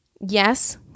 yes